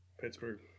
Pittsburgh